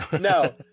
No